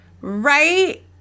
Right